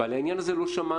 ועל העניין הזה לא שמענו,